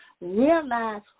realize